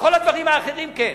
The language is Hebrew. בכל הדברים האחרים כן,